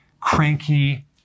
cranky